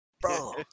Bro